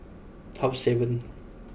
half seven